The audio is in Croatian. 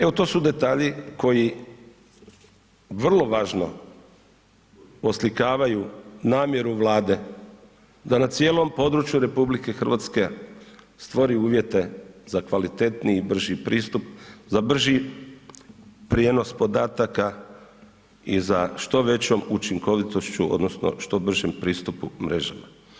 Evo to su detalji koji vrlo važno oslikavaju namjeru Vlade da na cijelom području stvori uvjete za kvalitetniji i brži pristup, za brži prijenos podataka i za što većom učinkovitošću odnosno što bržim pristupu mreže.